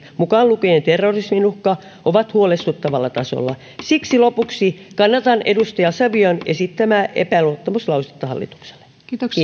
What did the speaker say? mukaan lukien terrorismin uhka ovat huolestuttavalla tasolla siksi lopuksi kannatan edustaja savion esittämää epäluottamuslausetta hallitukselle kiitos